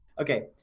Okay